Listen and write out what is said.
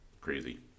Crazy